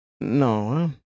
No